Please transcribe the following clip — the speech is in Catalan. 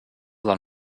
del